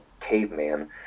caveman